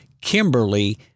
Kimberly